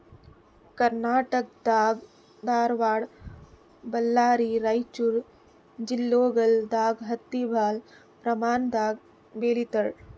ಕರ್ನಾಟಕ್ ದಾಗ್ ಧಾರವಾಡ್ ಬಳ್ಳಾರಿ ರೈಚೂರ್ ಜಿಲ್ಲೆಗೊಳ್ ದಾಗ್ ಹತ್ತಿ ಭಾಳ್ ಪ್ರಮಾಣ್ ದಾಗ್ ಬೆಳೀತಾರ್